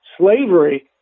slavery